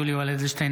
יולי יואל אדלשטיין,